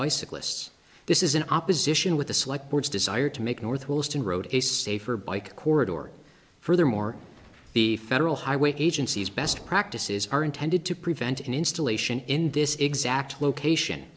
bicyclists this is an opposition with the select board's desire to make northwest and road a safer bike corridor furthermore the federal highway agency's best practices are intended to prevent an installation in this exact location